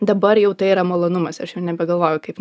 dabar jau tai yra malonumas aš jau nebegalvoju kaip